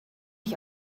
ich